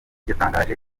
yatangaje